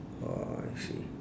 orh I see